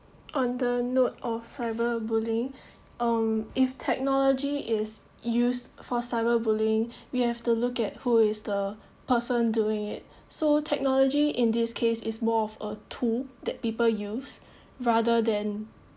on the note of cyberbullying um if technology is used for cyberbullying we have to look at who is the person doing it so technology in this case is more of a tool that people use rather than